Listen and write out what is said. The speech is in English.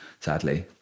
sadly